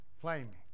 flaming